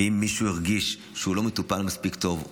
אם מישהו הרגיש שהוא לא מטופל מספיק טוב,